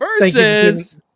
Versus